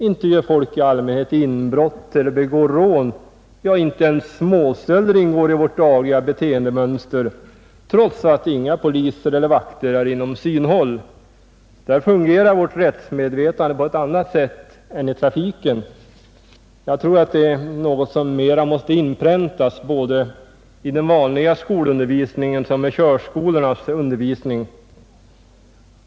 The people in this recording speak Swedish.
Inte gör folk i allmänhet inbrott eller begår rån, ja inte ens småstölder ingår i vårt dagliga beteendemönster, trots att inga poliser eller vakter befinner sig inom synhåll. Där fungerar vårt rättsmedvetande på ett annat sätt än i trafiken. Jag tror att trafikreglerna är något som mera måste inpräntas både i den vanliga skolundervisningen och i körskolornas undervisning.